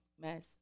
mess